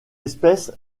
espèce